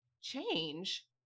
change